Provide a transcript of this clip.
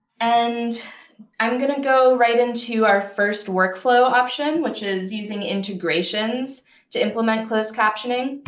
and i'm going to go right into our first workflow option, which is using integrations to implement closed captioning.